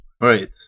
Right